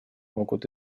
могут